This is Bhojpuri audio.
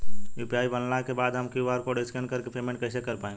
यू.पी.आई बनला के बाद हम क्यू.आर कोड स्कैन कर के पेमेंट कइसे कर पाएम?